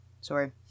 sorry